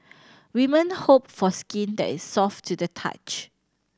women hope for skin that is soft to the touch